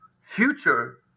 future